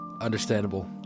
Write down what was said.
Understandable